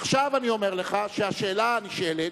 עכשיו אני אומר לך שהשאלה הנשאלת,